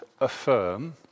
affirm